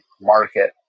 market